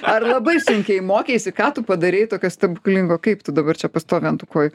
ar labai sunkiai mokeisi ką tu padarei tokio stebuklingo kaip tu dabar čia pastovi ant kojų